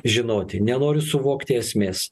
žinoti nenori suvokti esmės